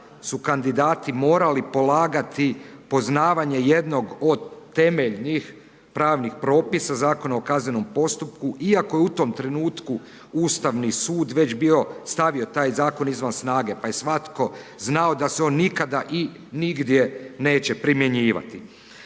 su kandidati morali polagati poznavanje jednog od temeljnih pravnih propisa, Zakona o kaznenom postupku iako je u tom trenutku Ustavni sud već bio, stavio taj zakon izvan snage pa je svatko znao da se on nikada i nigdje neće primjenjivati.